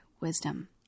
wisdom